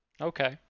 Okay